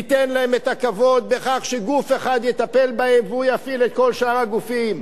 ניתן להם את הכבוד בכך שגוף אחד יטפל בהם והוא יפעיל את כל שאר הגופים.